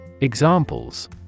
Examples